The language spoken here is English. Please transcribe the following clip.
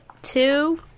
two